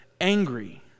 angry